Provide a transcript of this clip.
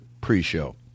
pre-show